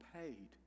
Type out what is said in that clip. paid